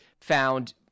found